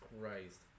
Christ